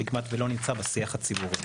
שכמעט ולא נמצא בשיח הציבורי,